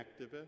activist